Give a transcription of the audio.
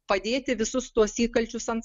padėti visus tuos įkalčius ant